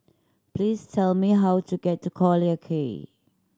please tell me how to get to Collyer Quay